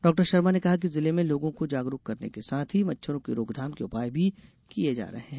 doctor Sharma ने कहा कि जिले में लोगों को जागरूक करने के साथ ही मच्छरों की रोकथाम के उपाय भी किये जा रहे हैं